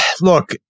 look